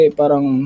parang